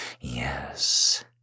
Yes